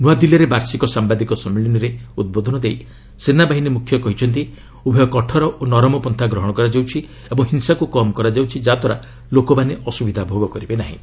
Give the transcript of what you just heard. ନୂଆଦିଲ୍ଲୀରେ ବାର୍ଷିକ ସାମ୍ବାଦିକ ସମ୍ମିଳନୀରେ ଉଦ୍ବୋଧନ ଦେଇ ସେନାବାହିନୀ ମୁଖ୍ୟ କହିଛନ୍ତି ଉଭୟ କଠୋର ଓ ନରମ ପନ୍ଥା ଗ୍ରହଣ କରାଯାଉଛି ଓ ହିଂସାକୁ କମ୍ କରାଯାଉଛି ଯାହାଦ୍ୱାରା ଲୋକମାନେ ଅସ୍ରବିଧା ଭୋଗ କରିବେ ନାହିଁ